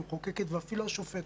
הרשות המחוקקת או אפילו הרשות השופטת,